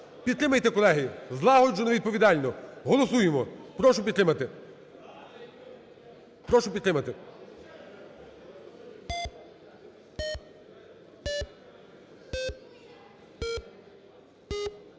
Підтримайте, колеги. злагоджено і відповідально голосуємо. Прошу підтримати.